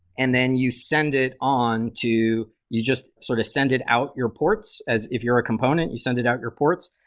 and then you send it on to you just sort of send it out your ports as if you're a component. you sent it out your ports.